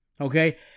Okay